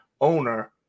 owner